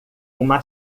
uma